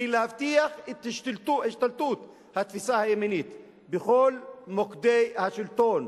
להבטיח את השתלטות התפיסה הימנית בכל מוקדי השלטון,